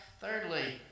Thirdly